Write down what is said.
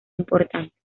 importante